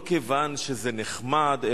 לא כיוון שזה נחמד,